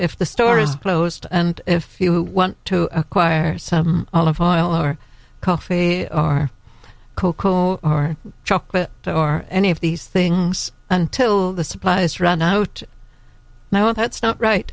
if the store is closed and if you want to acquire some olive oil or coffee are cocoa or chocolate or any of these things until the supplies run out no that's not right